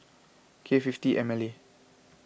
K fifty M L A